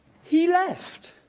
he left.